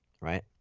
right